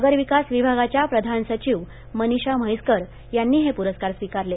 नगर विकास विभागाच्या प्रधान सचिव मनीषा म्हैसकर यांनी हे पुरस्कार स्विकारले